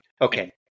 Okay